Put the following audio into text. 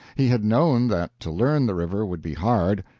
he had known that to learn the river would be hard,